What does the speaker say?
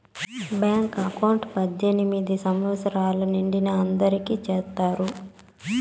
bank account పద్దెనిమిది సంవచ్చరాలు నిండిన అందరికి చేత్తారు